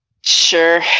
Sure